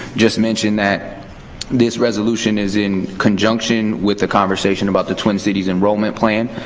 just mention that this resolution is in conjunction with the conversation about the twin cities enrollment plan.